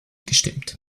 gestimmt